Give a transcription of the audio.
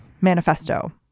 manifesto